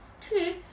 Two